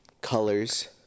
colors